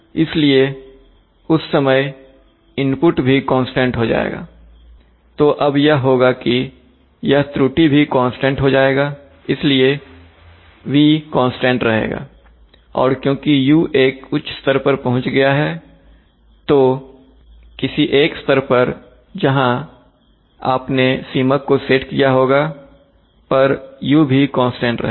इसलिए उस समय इनपुट भी कांस्टेंट हो जाएगा तो अब यह होगा कि यह त्रुटि भी कांस्टेंट हो जाएगा इसलिए v कांस्टेंट रहेगा और क्योंकि u एक उच्च स्तर पर पहुंच गया है तो किसी एक स्तर जहां आपने सीमक को सेट किया होगा पर u भी कांस्टेंट रहेगा